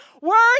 words